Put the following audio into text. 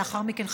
ולאחר מכן,